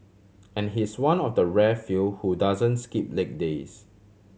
and he's one of the rare few who doesn't skip leg days